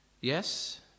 Yes